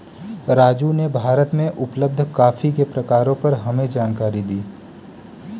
राजू ने भारत में उपलब्ध कॉफी के प्रकारों पर हमें जानकारी दी